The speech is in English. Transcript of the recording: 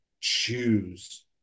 choose